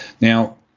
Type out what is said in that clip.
Now